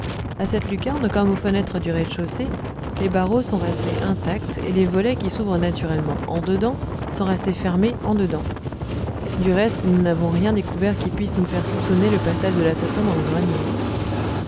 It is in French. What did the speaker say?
à cette lucarne comme aux fenêtres du rez-dechaussée les barreaux sont restés intacts et les volets qui s'ouvrent naturellement en dedans sont restés fermés en dedans du reste nous n'avons rien découvert qui puisse nous faire soupçonner le passage de l'assassin dans le grenier